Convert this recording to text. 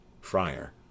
friar